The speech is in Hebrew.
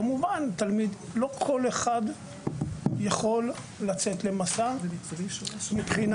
כמובן לא כל אחד יכול לצאת למסע מבחינה